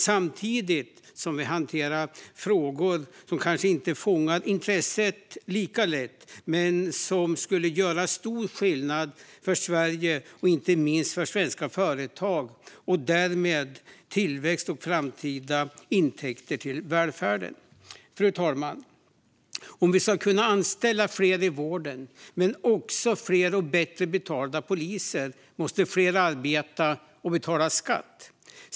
Samtidigt måste vi hantera frågor som kanske inte fångar intresset lika lätt men som skulle göra stor skillnad för Sverige, inte minst för svenska företag, och därmed medföra tillväxt och framtida intäkter till välfärden. Fru talman! Om vi ska kunna anställa fler i vården men också fler poliser, som ska ha bättre betalt, måste fler arbeta och betala skatt.